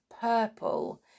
purple